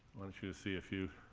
want you to see a few